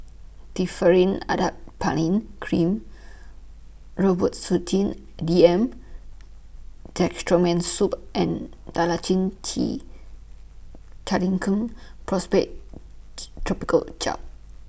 Differin Adapalene Cream Robitussin D M Dextromethorphan Syrup and Dalacin T Clindamycin Phosphate Topical Gel